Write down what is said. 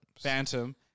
Phantom